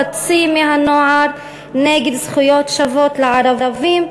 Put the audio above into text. חצי מהנוער נגד זכויות שוות לערבים.